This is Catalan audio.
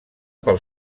pel